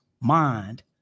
Mind